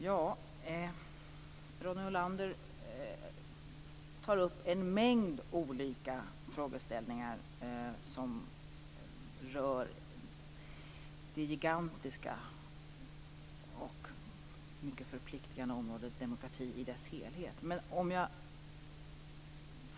Herr talman! Ronny Olander tar upp en mängd olika frågeställningar som rör det gigantiska och mycket förpliktigande området demokrati i dess helhet.